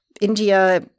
India